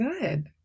Good